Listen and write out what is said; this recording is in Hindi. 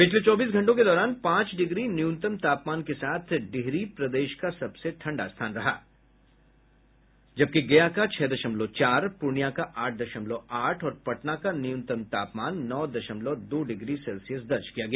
पिछले चौबीस घंटों के दौरान पांच डिग्री न्यूनतम तापमान के साथ डिहरी प्रदेश का सबसे ठंडा स्थान रहा जबकि गया का छह दशमलव चार पूर्णियां का आठ दशमलव आठ और पटना का न्यूनतम तापमान नौ दशमलव दो डिग्री सेल्सियस दर्ज किया गया